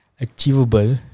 achievable